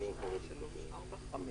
חמישה.